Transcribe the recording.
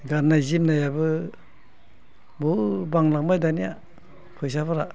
गाननाय जोमनायाबो बहुद बांलांबाय दानिया फैसाफोरा